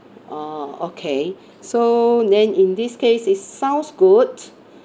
oh okay so then in this case it's sounds good